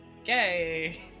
Okay